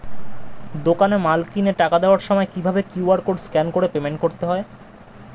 দোকানে মাল কিনে টাকা দেওয়ার সময় কিভাবে কিউ.আর কোড স্ক্যান করে পেমেন্ট করতে হয়?